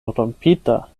rompita